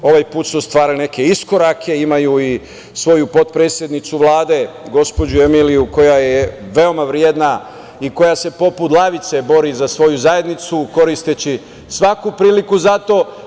Ovaj put su ostvarili neke iskorake, imaju i svoju potpredsednicu Vlade, gospođu Emiliju koja je veoma vredna i koja se poput lavice bori za svoju zajednicu koristeći svaku priliku za to.